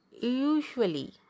usually